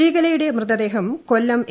ശ്രീകലയുടെ മൃതദേഹം കൊല്ലം എ